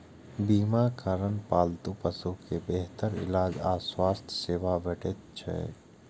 बीमाक कारण पालतू पशु कें बेहतर इलाज आ स्वास्थ्य सेवा भेटैत छैक